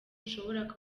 ushobora